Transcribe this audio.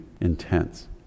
intense